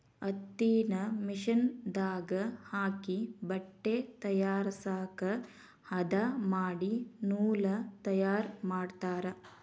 ಹತ್ತಿನ ಮಿಷನ್ ದಾಗ ಹಾಕಿ ಬಟ್ಟೆ ತಯಾರಸಾಕ ಹದಾ ಮಾಡಿ ನೂಲ ತಯಾರ ಮಾಡ್ತಾರ